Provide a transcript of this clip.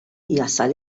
jasal